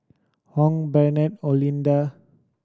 Hung Brent and Olinda